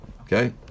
Okay